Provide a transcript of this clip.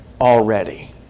Already